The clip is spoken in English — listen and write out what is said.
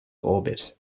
orbit